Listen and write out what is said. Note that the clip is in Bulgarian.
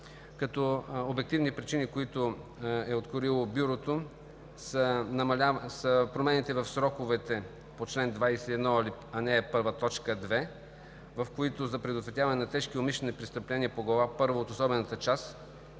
Като обективни причини, които е откроило Бюрото, са промените в сроковете по чл. 21, ал. 1, т. 2, в които за предотвратяване на тежки умишлени престъпления по Глава първа от особената част